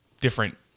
different